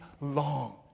long